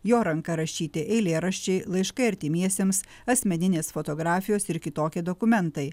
jo ranka rašyti eilėraščiai laiškai artimiesiems asmeninės fotografijos ir kitokie dokumentai